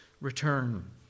return